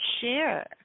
share